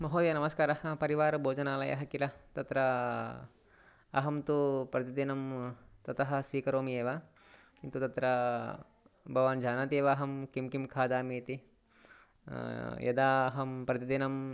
महोदय नमस्कारः परिवारभोजनालयः किल तत्र अहं तु प्रतिदिनं ततः स्वीकरोमि एव किन्तु तत्र भवान् जानाति एव अहं किं किं खादामि इति यदा अहं प्रतिदिनं